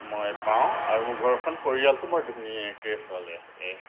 মই পাওঁ আৰু মোৰ ঘৰখন মোৰ পৰিয়ালটো মোৰ ধুনীয়াকৈ চলে